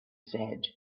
said